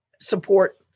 support